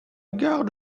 gare